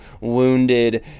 wounded